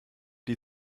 die